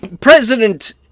President